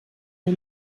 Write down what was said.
der